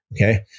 okay